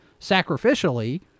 sacrificially